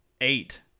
eight